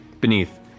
beneath